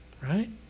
right